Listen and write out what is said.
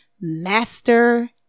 Master